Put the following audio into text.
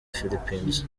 philippines